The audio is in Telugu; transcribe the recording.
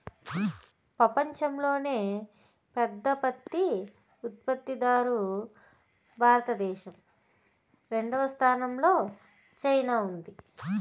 పపంచంలోనే అతి పెద్ద పత్తి ఉత్పత్తి దారు భారత దేశం, రెండవ స్థానం లో చైనా ఉంది